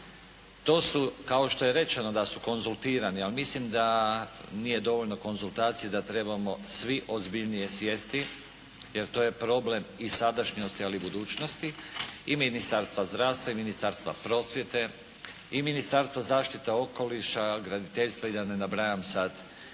To je kao što je rečeno da su konzultirani, ali mislim da, nije dovoljno konzultacije, da trebamo svi ozbiljnije sjesti, jer to je problem i sadašnjosti ali i budućnosti i Ministarstva zdravstva i Ministarstva prosvjete i Ministarstva zaštite okoliša, graditeljstva i da ne nabrajam čitav